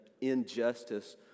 injustice